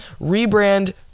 Rebrand